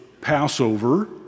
Passover